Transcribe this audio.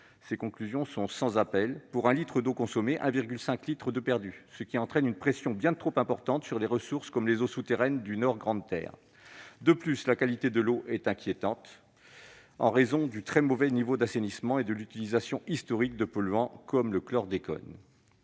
Ses conclusions sont sans appel : pour un litre d'eau consommé, un litre et demi de perdu, ce qui entraîne une pression bien trop importante sur les ressources comme les eaux souterraines du Nord Grande-Terre. De plus, la qualité de l'eau est « inquiétante », en raison « du très mauvais niveau d'assainissement et de l'utilisation historique de polluants » comme le chlordécone.